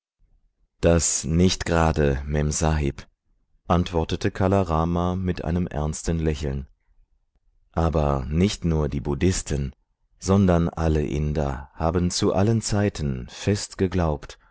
das nicht gerade memsahib antwortete kala rama mit einem ernsten lächeln aber nicht nur die buddhisten sondern alle inder haben zu allen zeiten fest geglaubt